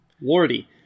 Lordy